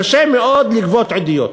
קשה מאוד לגבות עדויות.